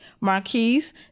marquise